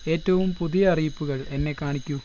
ഏറ്റവും പുതിയ അറിയിപ്പുകൾ എന്നെ കാണിക്കൂ